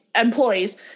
employees